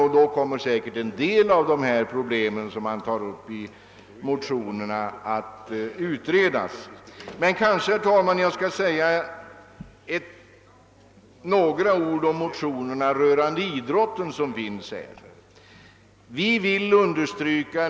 Därvid kommer säkerligen en del av de problem som tas upp av motionärerna att utredas. Jag kanske, herr talman, bör säga några ord om de motioner som behandlar frågan om beskattningen av idrottens organisationer.